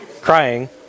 crying